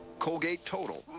colgate total,